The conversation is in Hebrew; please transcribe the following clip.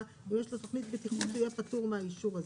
ויש לו תוכנית בטיחות הוא פטור מהאישור הזה.